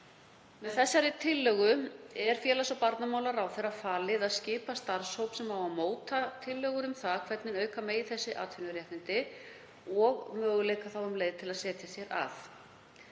þessari er félags- og barnamálaráðherra falið að skipa starfshóp sem á að móta tillögur um hvernig auka megi atvinnuréttindi og möguleika þá um leið til að setjast hér að.